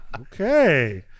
Okay